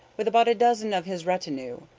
with about a dozen of his retinue,